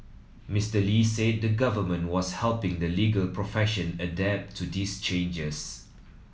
Mister Lee said the Government was helping the legal profession adapt to these changes